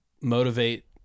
motivate